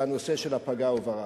זה הנושא של פגע וברח.